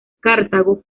cartago